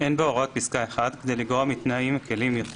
(2)אין בהוראות פסקה (1) כדי לגרוע מתנאים מקלים יותר